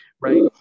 Right